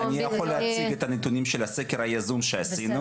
יכול להציג את הנתונים של הסקר היזום שעשינו.